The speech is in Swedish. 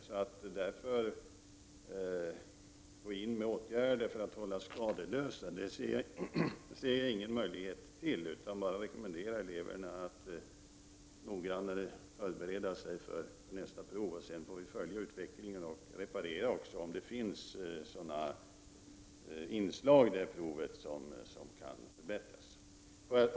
Jag ser ingen möjlighet till att gå in med åtgärder för att hålla eleverna skadeslösa. Jag rekommenderar eleverna att noggrannare förbereda sig inför nästa prov. Sedan får vi följa utveckligen och rätta till de eventuella fel som kan finnas i provet.